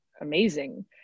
amazing